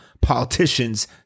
politicians